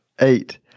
Eight